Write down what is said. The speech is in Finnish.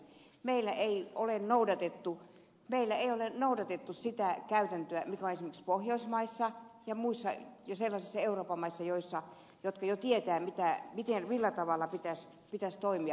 meillä ei ole noudatettu sitä käytäntöä mikä on esimerkiksi pohjoismaissa ja sellaisissa euroopan maissa jotka jo tietävät millä tavalla pitäisi toimia